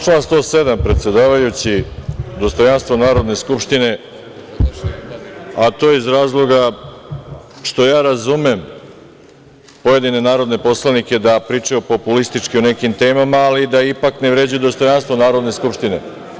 Član 107, predsedavajući, dostojanstvo Narodne skupštine, a to je iz razloga što ja razumem pojedine narodne poslanike da pričaju populistički o nekim temama, ali da ipak ne vređaju dostojanstvo Narodne skupštine.